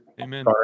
Amen